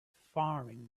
firing